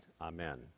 Amen